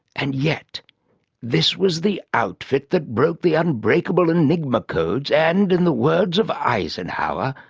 and yet this was the outfit that broke the unbreakable enigma codes and, in the words of eisenhower,